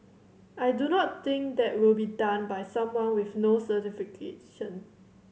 I do not think that will be done by someone with no certification